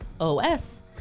os